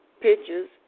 pictures